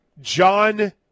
John